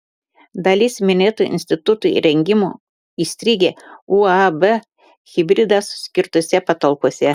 dalis minėto instituto įrengimų įstrigę uab hibridas skirtose patalpose